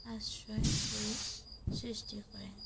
আশ্ৰয় কৰি সৃষ্টি কৰে